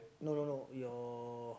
no no no your